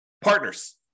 Partners